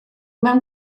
mewn